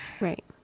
Right